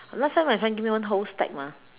last time my friend gave me one whole stack mah